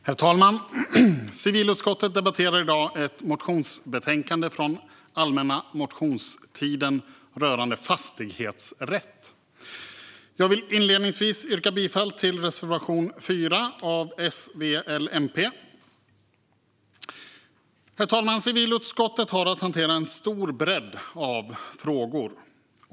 Herr talman! Civilutskottet debatterar i dag ett motionsbetänkande från den allmänna motionstiden rörande fastighetsrätt. Jag vill inledningsvis yrka bifall till reservation 4 av S, V, L och MP. Herr talman! Civilutskottet har att hantera en stor bredd av frågor.